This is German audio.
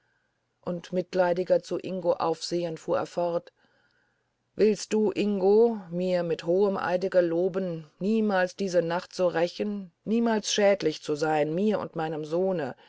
und mitleidiger zu ingo aufsehend fuhr er fort willst du ingo mir mit hohem eide geloben niemals diese nacht zu rächen niemals schädlich zu sein mir und meinem sohne